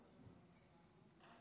ב.